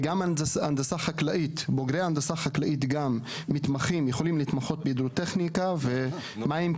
גם בוגרי הנדסה חקלאית יכולים להתמחות בהידרוטכניקה ומים,